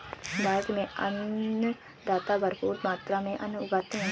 भारत में अन्नदाता भरपूर मात्रा में अन्न उगाते हैं